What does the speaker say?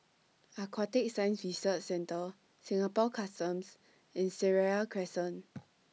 Aquatic Science Research Centre Singapore Customs and Seraya Crescent